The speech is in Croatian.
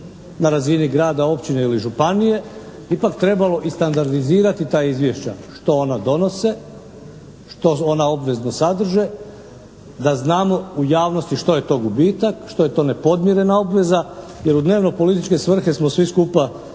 na razini grada, općine ili županije, ipak trebalo i standardizirati ta izvješća. Što ona donose? Što ona obvezno sadrže da znamo u javnosti što je to gubitak? Što je to nepodmirena obveza? Jer u dnevno političke svrhe smo svi skupa